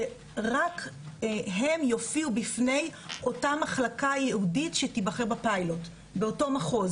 שרק הם יופיעו בפני אותה מחלקה ייעודית שתיבחר בפיילוט באותו מחוז.